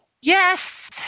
Yes